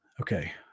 okay